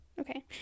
okay